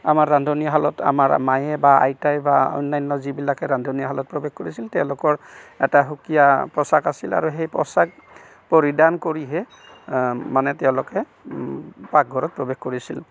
আমাৰ ৰান্ধনীশালত আমাৰ মায়ে বা আইতাই বা অন্যান্য যিবিলাকে ৰান্ধনীশালত প্ৰৱেশ কৰিছিল তেওঁলোকৰ এটা সুকীয়া পোছাক আছিল আৰু সেই পোছাক পৰিধান কৰিহে মানে তেওঁলোকে পাকঘৰত প্ৰৱেশ কৰিছিল